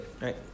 right